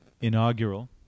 inaugural